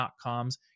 .coms